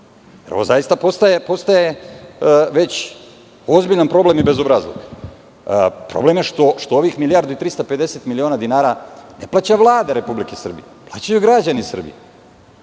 Ovo zaista postaje već ozbiljan problem i bezobrazluk. Problem je što ovih 1.350.000.000 miliona dinara ne plaća Vlada Republike Srbije, plaćaju građani Srbije. Problem